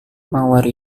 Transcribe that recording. mawar